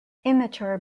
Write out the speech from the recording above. immature